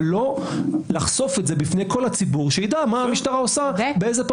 אבל לא לחשוף את זה בפני כל הציבור שידע מה המשטרה עושה ובפרטים.